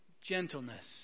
gentleness